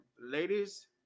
Ladies